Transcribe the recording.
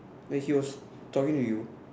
and he was talking to you